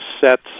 sets